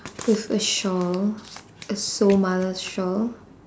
with a shawl a somali shawl